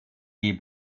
die